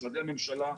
משרדי הממשלה.